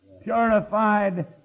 purified